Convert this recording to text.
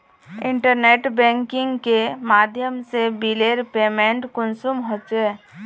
Internet banking के माध्यम से बिलेर पेमेंट कुंसम होचे?